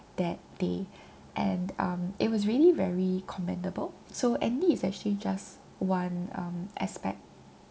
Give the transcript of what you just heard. that day and um it was really very commendable so andy is actually just one um aspect